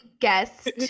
guest